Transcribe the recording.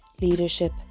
leadership